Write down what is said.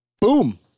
Boom